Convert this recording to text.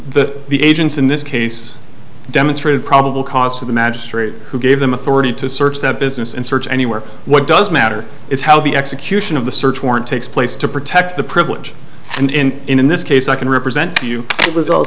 the the agents in this case demonstrated probable cause to the magistrate who gave them authority to search that business and search anywhere what does matter is how the execution of the search warrant takes place to protect the privilege and in in this case i can represent to you it was all